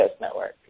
network